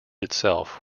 itself